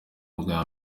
ubwa